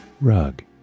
rug